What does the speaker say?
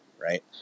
right